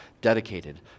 Dedicated